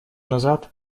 назад